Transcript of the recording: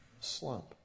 slump